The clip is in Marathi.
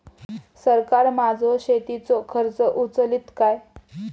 सरकार माझो शेतीचो खर्च उचलीत काय?